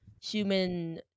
human